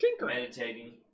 meditating